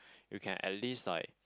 we can at least like